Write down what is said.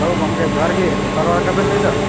hello ᱜᱚᱢᱠᱮ ᱡᱚᱦᱟᱨ ᱜᱮ ᱥᱳᱥᱟᱞ ᱳᱭᱟᱨᱠᱟᱨ ᱵᱮᱱ ᱞᱟᱹᱭ ᱮᱫᱟ